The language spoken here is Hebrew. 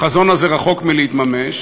החזון הזה רחוק מלהתממש.